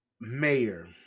mayor